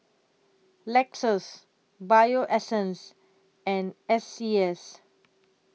Lexus Bio Essence and S C S